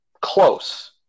close